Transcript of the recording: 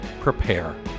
prepare